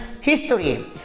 history